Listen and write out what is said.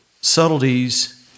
subtleties